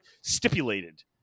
stipulated